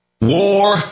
war